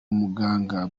muganga